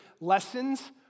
lessons